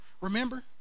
Remember